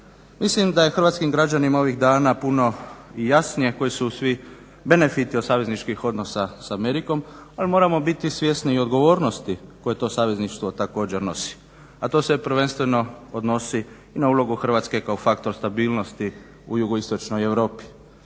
Mislim da je hrvatskim građanima ovih dana puno jasnije koji su svi benefiti od savezničkih odnosa s Amerikom, ali moramo biti svjesni i odgovornosti koje to savezništvo također nosi, a to se prvenstveno odnosi i na ulogu Hrvatske kao faktor stabilnost u JI Europi.